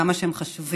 כמה שהם חשובים,